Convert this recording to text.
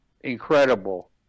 incredible